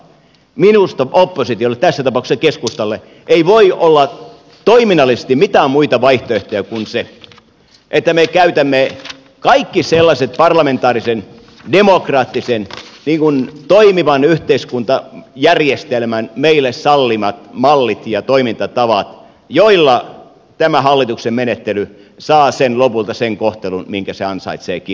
minusta oppositiolle tässä tapauksessa keskustalle ei voi olla toiminnallisesti mitään muita vaihtoehtoja kuin se että me käytämme kaikki sellaiset parlamentaarisen demokraattisen toimivan yhteiskuntajärjestelmän meille sallimat mallit ja toimintatavat joilla tämä hallituksen menettely saa lopulta sen kohtelun minkä se ansaitseekin